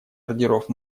ордеров